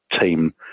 team